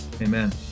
Amen